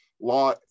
law